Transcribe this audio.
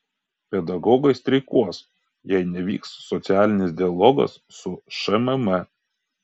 pedagogai streikuos jei nevyks socialinis dialogas su šmm